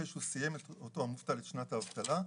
אחרי שאותו המובטל סיים את שנת האבטלה שלו,